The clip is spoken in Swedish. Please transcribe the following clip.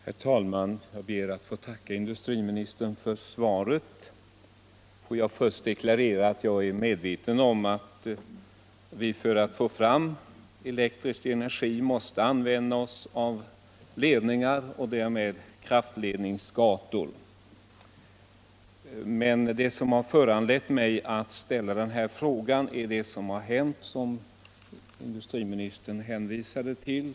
Herr talman! Jag ber att få tacka industriministern för svaret. Får jag först deklarera att jag är medveten om att vi för att få fram elektrisk energi måste använda oss av ledningar och därmed kraftledningsgator. Det som har föranlett mig att ställa den här frågan är det — Om kraftledningssom hänt i Tenhult, som industriministern hänvisade till.